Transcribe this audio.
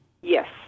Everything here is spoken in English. Yes